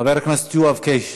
חבר הכנסת יואב קיש,